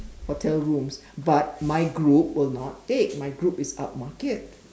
hotel rooms but my group will not take my group is upmarket